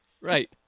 Right